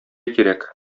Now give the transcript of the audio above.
кирәк